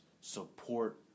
support